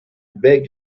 beg